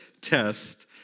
test